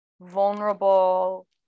vulnerable